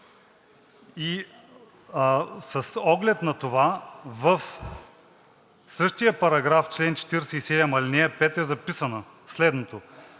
и с оглед на това в същия параграф, чл. 47, ал. 5 е записано следното: